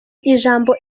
ijambo